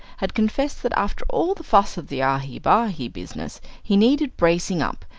had confessed that after all the fuss of the yahi-bahi business he needed bracing up,